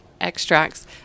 extracts